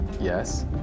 yes